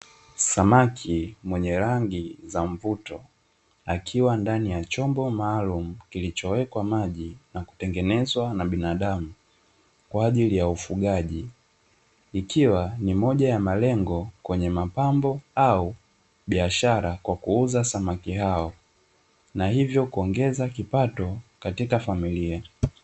Samaki mwenye rangi za mvuto akiwa ndani ya chombo maalumu kilichowekwa maji na kutengenezwa na binadamu kwaajili ya ufugaji. Ikiwa ni moja ya malengo kwenye mapambo au biashara kwa kuuza samaki hao na hivyo kuongeza kipato katika familia.